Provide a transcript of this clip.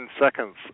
seconds